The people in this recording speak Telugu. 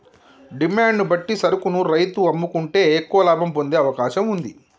డిమాండ్ ను బట్టి సరుకును రైతు అమ్ముకుంటే ఎక్కువ లాభం పొందే అవకాశం వుంది